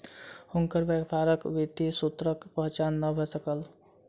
हुनकर व्यापारक वित्तीय सूत्रक पहचान नै भ सकल